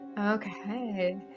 Okay